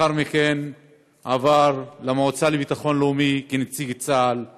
לאחר מכן עבר למועצה לביטחון לאומי כנציג צה"ל במועצה.